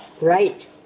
Right